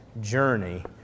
journey